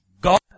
God